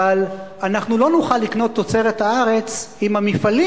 אבל אנחנו לא נוכל לקנות תוצרת הארץ אם המפעלים